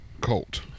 Colt